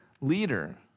leader